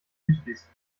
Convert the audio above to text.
müslis